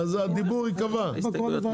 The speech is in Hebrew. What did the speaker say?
אם לצורך העניין לא ניגשים אליכם במכרזים,